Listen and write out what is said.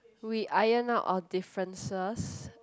we ironed out our differences